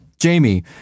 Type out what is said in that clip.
Jamie